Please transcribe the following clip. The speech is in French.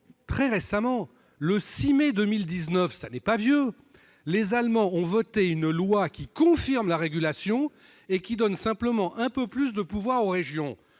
très récemment, le 6 mai 2019- ce n'est pas ancien !-, les Allemands ont voté une loi qui confirme la régulation et qui donne simplement un peu plus de pouvoir aux régions.